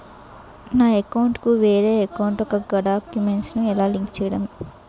నా అకౌంట్ కు వేరే అకౌంట్ ఒక గడాక్యుమెంట్స్ ను లింక్ చేయడం ఎలా?